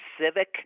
civic